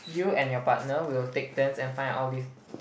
you and your partner will take turns and find all these